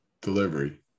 delivery